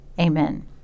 Amen